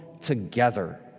together